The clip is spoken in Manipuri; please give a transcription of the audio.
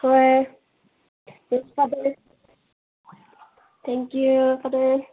ꯍꯣꯏ yes father thank you father